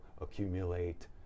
accumulate